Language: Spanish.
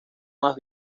más